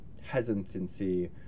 hesitancy